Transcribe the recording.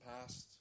past